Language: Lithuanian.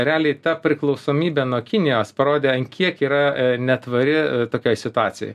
realiai ta priklausomybė nuo kinijos parodė ant kiek yra netvari tokioj situacijoj